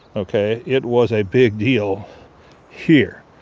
ok? it was a big deal here.